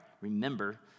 Remember